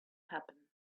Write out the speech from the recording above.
happen